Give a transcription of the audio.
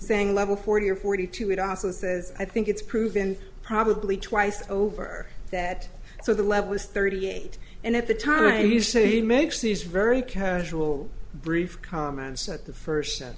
saying level forty or forty two it also says i think it's proven probably twice over that so the level was thirty eight and at the time you say he makes these very casual brief comments at the first s